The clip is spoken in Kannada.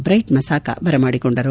ಚ್ರೈಟ್ ಮಸಾಕ ಬರಮಾಡಿಕೊಂಡರು